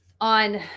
on